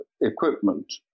equipment